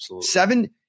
seven